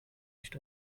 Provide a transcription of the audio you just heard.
nicht